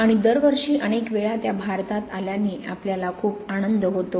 आणि दरवर्षी अनेक वेळा त्या भारतात आल्याने आपल्याला खूप आनंद होतो